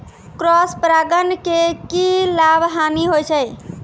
Cross परागण के की लाभ, हानि होय छै?